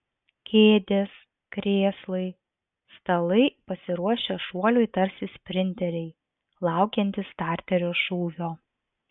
kėdės krėslai stalai pasiruošę šuoliui tarsi sprinteriai laukiantys starterio šūvio